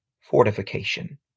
fortification